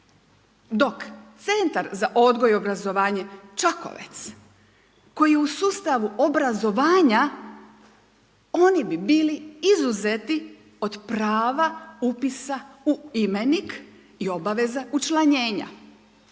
dok Centar za odgoj za obrazovanje Čakovec koji je u sustavu obrazovanja oni bi bili izuzeti od prava upisa u imenik i obaveza učlanjenja,